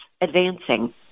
advancing